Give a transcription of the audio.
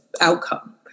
outcome